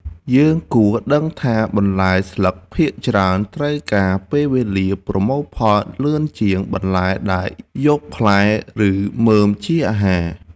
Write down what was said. យើងគួរដឹងថាបន្លែស្លឹកភាគច្រើនត្រូវការពេលវេលាប្រមូលផលលឿនជាងបន្លែដែលយកផ្លែ ឬមើមជាអាហារ។